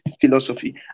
philosophy